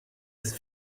ist